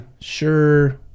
sure